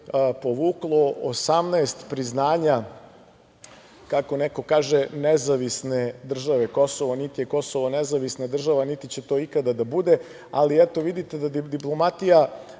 povuklo 18 priznanja, kako neko kaže nezavisne države Kosovo. Niti je Kosovo nezavisna država, niti će to ikada da bude, ali, eto, vidite da je ta diplomatija